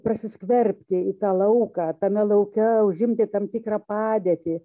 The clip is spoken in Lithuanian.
prasiskverbti į tą lauką tame lauke užimti tam tikrą padėtį